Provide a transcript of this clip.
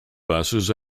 buses